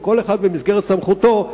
כל אחד במסגרת סמכותו,